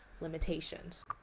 limitations